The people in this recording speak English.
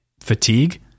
fatigue